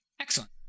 Excellent